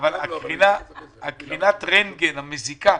קרינת הרנטגן המזיקה